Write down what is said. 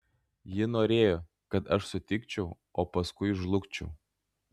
ji norėjo kad aš sutikčiau o paskui žlugčiau